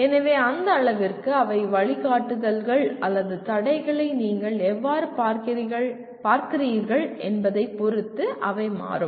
எனவே அந்த அளவிற்கு அவை வழிகாட்டுதல்கள் அல்லது தடைகளை நீங்கள் எவ்வாறு பார்க்கிறீர்கள் என்பதைப் பொறுத்து அவை மாறும்